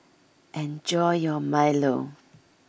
enjoy your milo